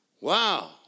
Wow